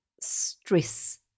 stress